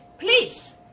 Please